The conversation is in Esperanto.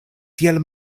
tiel